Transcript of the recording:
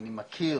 אני מכיר